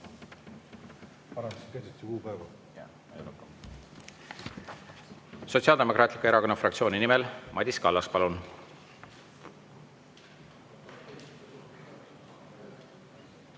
Sotsiaaldemokraatliku Erakonna fraktsiooni nimel Madis Kallas, palun!